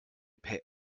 per